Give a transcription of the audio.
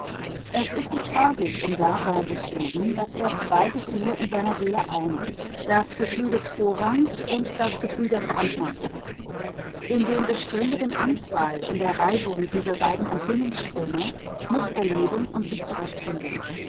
es ist die tragik im dasein des juden daß er zwei gefühle in seiner seele einigt das gefühl des vorrangs und das gefühl der brandmarkung in dem beständigen anprall in der reibung dieser beiden empfindungsströme muß er leben und sich zurecht